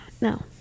no